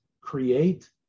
create